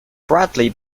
bradley